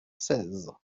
seize